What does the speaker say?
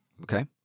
Okay